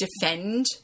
defend